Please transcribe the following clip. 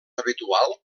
habitual